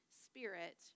spirit